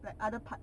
like other part